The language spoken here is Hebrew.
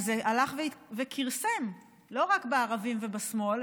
וזה הלך וכרסם לא רק בערבים ובשמאל,